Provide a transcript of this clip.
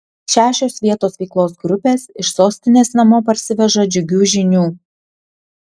šešios vietos veiklos grupės iš sostinės namo parsiveža džiugių žinių